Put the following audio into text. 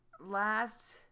last